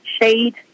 shade